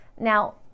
Now